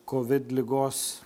covid ligos